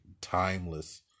timeless